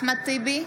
אחמד טיבי,